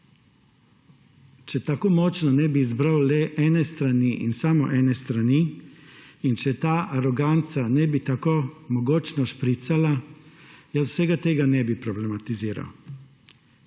bi tako močno izbral le ene strani in samo ene strani in če ta aroganca ne bi tako mogočno špricala, jaz vsega tega ne bi problematiziral.